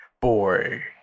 Boy